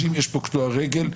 -- יש פה קטוע רגל,